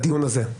בדיון הזה.